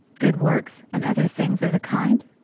good works, and other things of the kind?